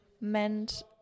meant